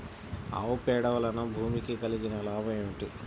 ఆవు పేడ వలన భూమికి కలిగిన లాభం ఏమిటి?